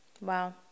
wow